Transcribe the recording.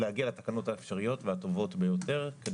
לתקנות האפשריות והטובות ביותר.